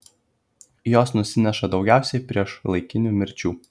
jos nusineša daugiausiai priešlaikinių mirčių